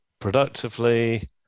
productively